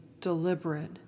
deliberate